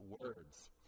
words